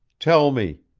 tell me,